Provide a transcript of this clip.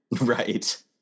Right